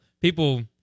people